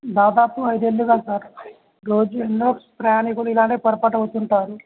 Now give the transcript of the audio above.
దాదాపు ఐదేల్లుగా సార్ రోజు ఎన్నో ప్రయాణికులు ఇలానే పొరపాటవుతుంటారు